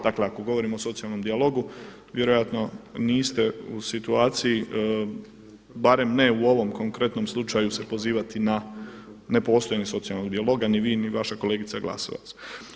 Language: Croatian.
Dakle, ako govorimo o socijalnom dijalogu vjerojatno niste u situaciji, barem ne u ovom konkretnom slučaju se pozivati na nepostojanje socijalnog dijaloga ni vi, ni vaša kolegica Glasovac.